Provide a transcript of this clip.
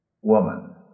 woman